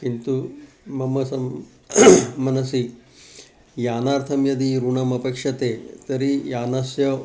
किन्तु मम सं मनसि यानार्थं यदि ऋणम् अपेक्षते तर्हि यानस्य